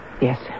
Yes